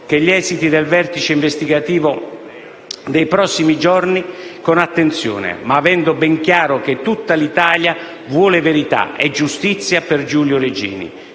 gli esiti del vertice investigativo dei prossimi giorni, ma avendo ben chiaro che tutta l'Italia vuole verità e giustizia per Giulio Regeni